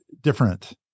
different